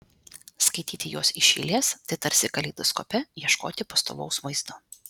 skaityti juos iš eilės tai tarsi kaleidoskope ieškoti pastovaus vaizdo